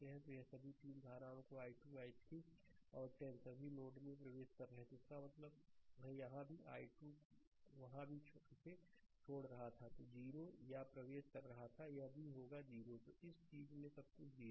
तो यह सभी 3 धाराओं i2 i3 और 10 सभी नोड में प्रवेश कर रहे हैं इसका मतलब है यहाँ भी i2 वहाँ भी इसे छोड़ रहा था 0 या प्रवेश कर रहा था यह भी होगा 0 तो उस चीज़ में से कुछ 0 हैं